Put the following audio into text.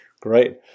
Great